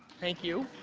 thank you.